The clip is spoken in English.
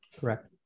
Correct